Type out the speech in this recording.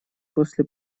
после